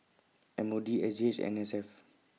M O D S G H and N S F